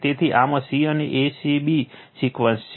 તેથી આમાં c અને a c b સિક્વન્સ છે